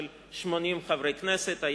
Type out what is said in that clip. של 80 מחברי הכנסת.